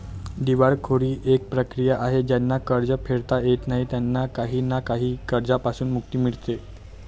दिवाळखोरी एक प्रक्रिया आहे ज्यांना कर्ज फेडता येत नाही त्यांना काही ना काही कर्जांपासून मुक्ती मिडते